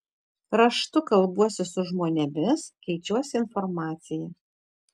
raštu kalbuosi su žmonėmis keičiuosi informacija